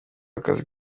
akazi